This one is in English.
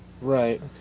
right